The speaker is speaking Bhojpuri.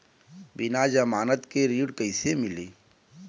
बिना जमानत के ऋण कईसे मिली?